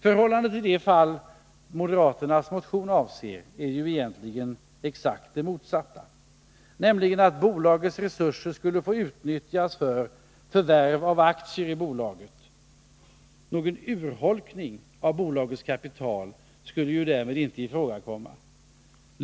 Förhållandet i de fall moderaternas motion avser är ju egentligen exakt det motsatta, nämligen att bolagets resurser skulle få utnyttjas för förvärv av aktier i bolaget. Någon urholkning av bolagets kapital skulle därmed inte ifrågakomma.